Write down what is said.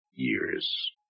years